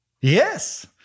Yes